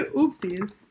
oopsies